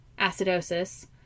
acidosis